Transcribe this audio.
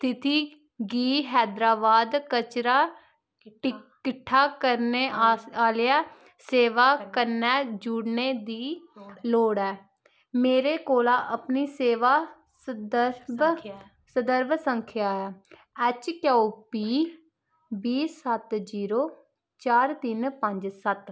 स्थिति गी हैदराबाद कचरा किट्ठा करने आह्लेआ सेवा कन्नै जुड़ने दी लोड़ ऐ मेरे कोला दा अपनी सेवा संदर्भ संख्या ऐ एच क्यू पी बीह् सत्त जीरो चार तिन्न पंज सत्त